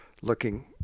looking